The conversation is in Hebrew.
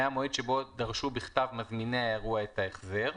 מהמועד שבו דרשו בכתב מזמיני האירוע את ההחזר.